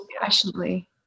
passionately